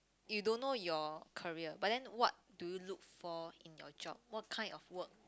you don't know your career but then what do you look for in your job what kind of work